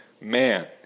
man